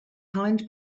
hind